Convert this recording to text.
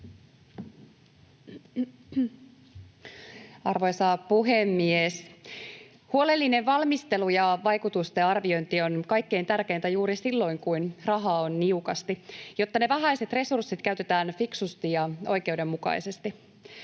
Arvoisa puhemies! Huolellinen valmistelu ja vaikutusten arviointi on kaikkein tärkeintä juuri silloin, kun rahaa on niukasti, jotta ne vähäiset resurssit käytetään fiksusti ja oikeudenmukaisesti.